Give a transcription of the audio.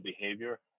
behavior